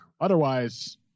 Otherwise